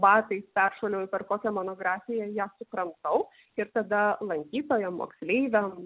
batais peršuoliuoju per kokią monografiją ją sukramtau ir tada lankytojam moksleiviam